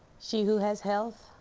she who has health,